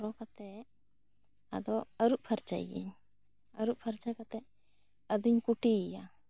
ᱨᱚ ᱠᱟᱛᱮᱜ ᱟᱫᱚ ᱟᱹᱨᱩᱜ ᱯᱷᱟᱨᱪᱟᱭᱤᱭᱟᱹᱧ ᱟᱹᱨᱩᱜ ᱯᱷᱟᱨᱪᱟ ᱠᱟᱛᱮᱜ ᱟᱫᱚᱧ ᱠᱩᱴᱤᱭᱮᱭᱟ